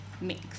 mix